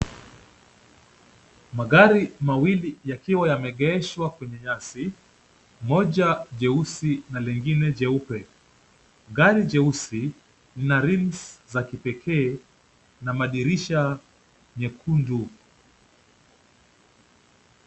Magari mawili yakiwa yameegeshwa kwenye nyasi, moja jeusi na lingine jeupe. Gari jeusi lina rims za kipekee na madirisha mekundu.